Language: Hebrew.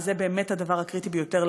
וזה באמת הדבר הקריטי ביותר,